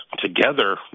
together